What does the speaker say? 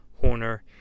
Horner